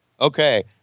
Okay